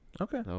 Okay